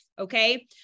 Okay